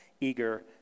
eager